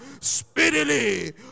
speedily